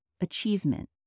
achievement